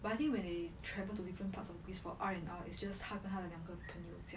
but I think when they travel to different parts of greece for R&R it's just 他跟他的两个朋友这样: ta gen ta de liang ge peng you zhe yang